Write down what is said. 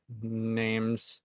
names